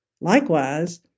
Likewise